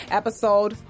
episode